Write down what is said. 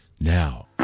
now